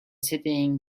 sitting